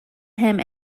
him